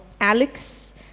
Alex